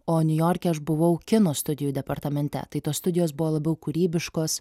o niujorke aš buvau kino studijų departamente tai tos studijos buvo labiau kūrybiškos